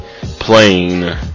playing